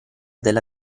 della